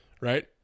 right